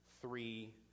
three